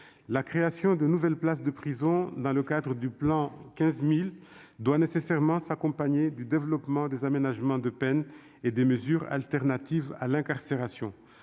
La création de nouvelles places de prison dans le cadre du « plan 15 000 » doit nécessairement s'accompagner du développement des aménagements de peines et des mesures alternatives à l'incarcération.